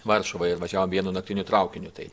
varšuvoje ir važiavo vienu naktiniu traukiniu tai